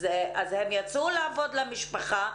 אז הם יצאו לעבוד למען המשפחה.